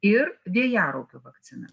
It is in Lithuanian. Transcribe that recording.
ir vėjaraupių vakcina